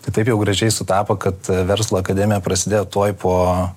tai taip jau gražiai sutapo kad verslo akademija prasidėjo tuoj po